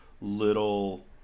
little